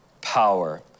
power